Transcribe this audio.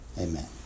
Amen